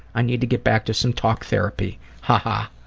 i need to get back to some talk therapy. ha ha.